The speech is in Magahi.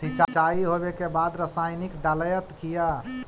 सीचाई हो बे के बाद रसायनिक डालयत किया?